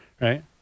right